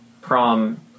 prom